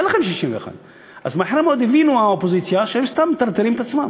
ואין לכם 61. אז מהר מאוד הבינו האופוזיציה שהם סתם מטרטרים את עצמם,